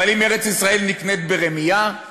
אבל האם ארץ-ישראל נקנית ברמייה?